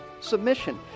submission